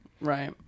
right